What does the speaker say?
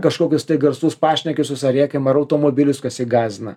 kažkokius garsus pašnekesius ar rėkimą ar automobilius kas jį gąsdina